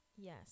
Yes